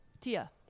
Tia